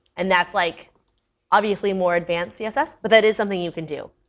and that's like obviously more advanced css, but that is something you can do.